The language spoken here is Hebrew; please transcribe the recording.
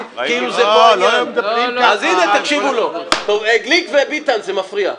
יואב, אז בסדר, אבל אני מבקש ממך לא להפריע.